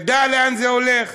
ידע לאן זה הולך.